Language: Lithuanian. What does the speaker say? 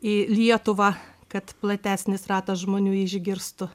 į lietuvą kad platesnis ratas žmonių jį išgirstų